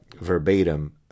verbatim